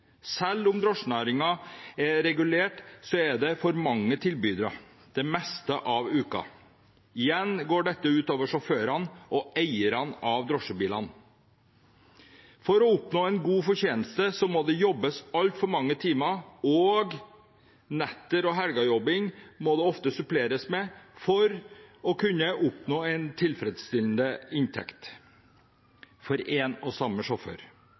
Selv om drosjenæringen er regulert, er det for mange tilbydere det meste av uken. Igjen går dette ut over sjåførene og eierne av drosjebilene. For å oppnå en god fortjeneste må det jobbes altfor mange timer, og det må ofte suppleres med netter og helgejobbing for å oppnå en tilfredsstillende inntekt for én og samme sjåfør.